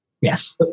Yes